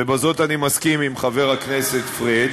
ובזאת אני מסכים עם חבר הכנסת פריג',